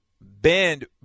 bend